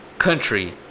country